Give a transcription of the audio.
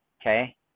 Okay